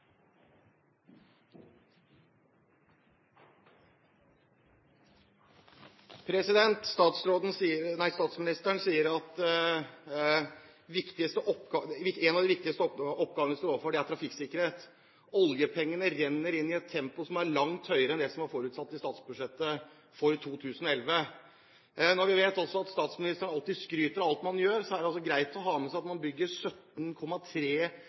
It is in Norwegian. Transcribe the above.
Statsministeren sier at en av de viktigste oppgavene vi står overfor, er trafikksikkerhet. Oljepengene renner inn i et tempo som er langt høyere enn det som var forutsatt i statsbudsjettet for 2011. Når vi vet at statsministeren alltid skryter av alt man gjør, er det greit å ha med seg at man har bygget 17,3